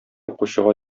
укучыга